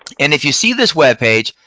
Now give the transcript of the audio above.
and if you see this webpage,